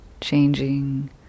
changing